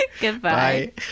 goodbye